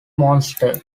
monster